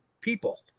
people